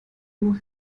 nur